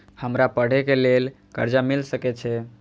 हमरा पढ़े के लेल कर्जा मिल सके छे?